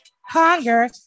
hunger